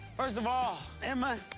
first of all, emma,